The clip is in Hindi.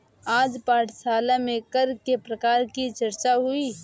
आज पाठशाला में कर के प्रकार की चर्चा हुई